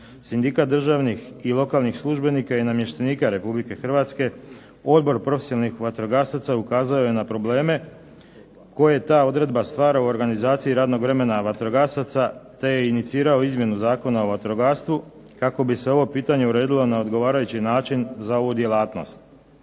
Sindikat državnih i lokalnih službenika i namještenika Republike Hrvatske odbor profesionalnih vatrogasaca ukazao je na probleme koje ta odredba stvara u organizaciji radnog vremena vatrogasaca, te je inicirao izmjenu Zakona o vatrogastvu kako bi se ovo pitanje uredilo na odgovarajući način za ovu djelatnost.